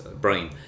brain